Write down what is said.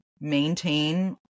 maintain